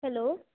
hello